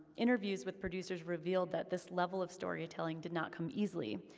interviews with producers revealed that this level of storytelling did not come easily.